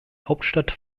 hauptstadt